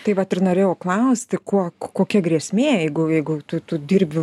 tai vat ir norėjau klausti kuo kokia grėsmė jeigu jeigu tu tu dirbi